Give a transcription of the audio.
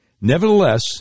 Nevertheless